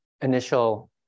initial